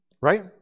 Right